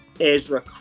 Ezra